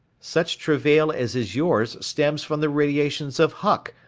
such travail as is yours stems from the radiations of huck,